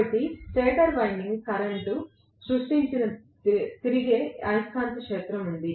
కాబట్టి stator winding current సృష్టించిన తిరిగే అయస్కాంత క్షేత్రం ఉంది